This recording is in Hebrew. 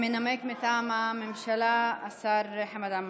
ינמק מטעם הממשלה השר חמד עמאר.